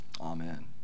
Amen